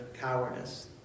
cowardice